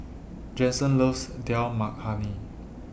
Jensen loves Dal Makhani